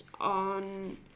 on